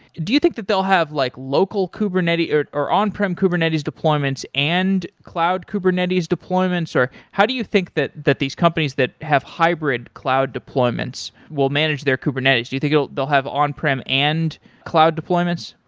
do you think that they'll have like local kubernetes or or on prem kubernetes deployments and cloud kubernetes deployments? how do you think that that these companies that have hybrid cloud deployments will manage their kubernetes? do you think they'll they'll have on-prem and cloud deployments?